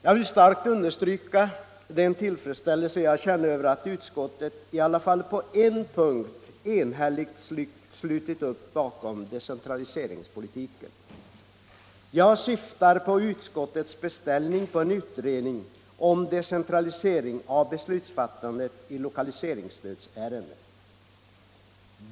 Jag vill starkt understryka den tillfredsställelse jag känner över att utskottet i alla fall på en punkt enhälligt slutit upp bakom decentraliseringspolitiken. Jag syftar på utskottets beställning på en utredning om decentralisering av beslutsfattandet i lokaliseringsstödsärenden.